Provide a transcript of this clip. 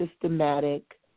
systematic